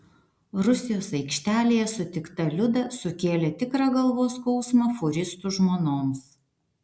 rusijos aikštelėje sutikta liuda sukėlė tikrą galvos skausmą fūristų žmonoms